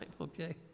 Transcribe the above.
okay